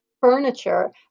furniture